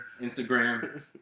Instagram